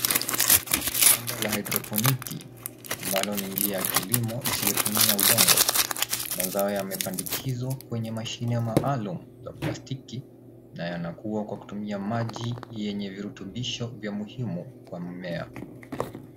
Shamba la hydroponic , ambalo ni njia ya kilimo isiyotumia udongo. Mazao yamepandikizwa kwenye mashine ya maalumu za plastiki na yanakuwa kwa kutumia maji yenye virutubisho vya muhimu kwa mmea.